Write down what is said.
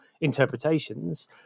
interpretations